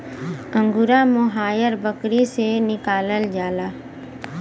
angora mohair बकरी से निकालल जाला